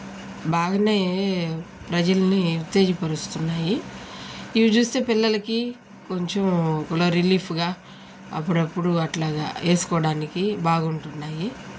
బాగా ప్రజల్ని ఉత్తేజపరుస్తున్నాయి ఇవి చూస్తే పిల్లలకి కొంచెం కూడా రిలీఫ్గా అప్పుడప్పుడు అట్లాగా వేసుకోవడానికి బాగుంటున్నాయి